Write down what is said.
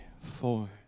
four